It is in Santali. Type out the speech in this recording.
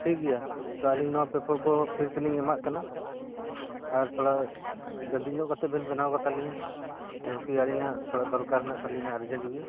ᱴᱷᱤᱠ ᱜᱮᱭᱟ ᱛᱚ ᱟᱹᱞᱤᱧ ᱱᱚᱣᱟ ᱯᱮᱯᱟᱨ ᱠᱚ ᱯᱷᱤᱨ ᱛᱮᱞᱤᱧ ᱮᱢᱟᱜ ᱠᱟᱱᱟ ᱟᱨ ᱛᱷᱚᱲᱟ ᱡᱟᱞᱫᱤ ᱧᱚᱜ ᱠᱟᱛᱮ ᱵᱮᱱ ᱵᱮᱱᱟᱣ ᱠᱟᱛᱟᱞᱤᱧᱟᱹ ᱡᱮᱦᱮᱛᱩ ᱟᱹᱞᱤᱧᱟᱜ ᱛᱷᱚᱲᱟ ᱫᱚᱨᱠᱟᱨ ᱦᱮᱱᱟᱜ ᱛᱟᱹᱞᱤᱧᱟᱹ ᱟᱨᱡᱮᱱᱴ ᱜᱮ